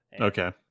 Okay